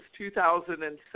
2007